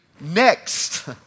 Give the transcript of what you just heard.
next